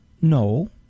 no